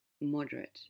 moderate